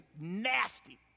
nasty